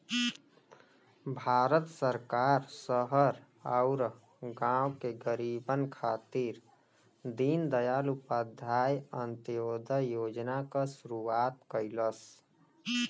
भारत सरकार शहर आउर गाँव के गरीबन खातिर दीनदयाल उपाध्याय अंत्योदय योजना क शुरूआत कइलस